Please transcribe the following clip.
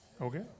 okay